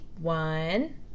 One